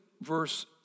verse